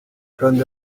kandi